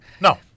no